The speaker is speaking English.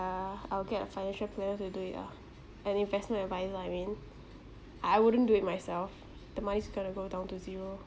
uh I'll get a financial planner to do it ah an investment adviser I mean I wouldn't do it myself the money's gonna go down to zero